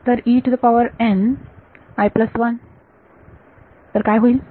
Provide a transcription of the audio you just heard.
तर तर काय होईल